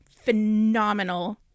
phenomenal